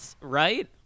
right